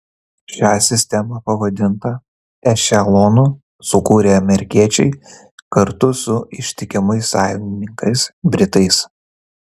šią sistemą pavadintą ešelonu sukūrė amerikiečiai kartu su ištikimais sąjungininkais britais